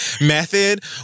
method